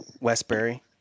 Westbury